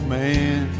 man